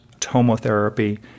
tomotherapy